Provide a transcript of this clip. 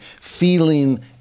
feeling